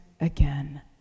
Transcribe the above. again